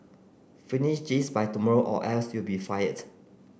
finish this by tomorrow or else you'll be fired